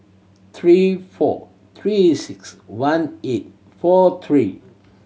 three four Three Six One eight four three